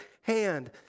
hand